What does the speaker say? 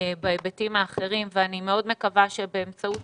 בהיבטים האחרים ואני מאוד מקווה שבאמצעות